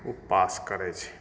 ओ pass करै छै